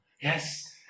Yes